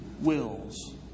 wills